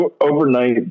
overnight